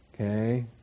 Okay